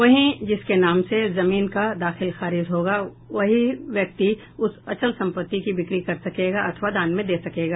वहीं जिसके नाम से जमीन का दाखिल खारिज होगा वही व्यक्ति उस अचल संपत्ति की बिक्री कर सकेगा अथवा दान में दे सकेगा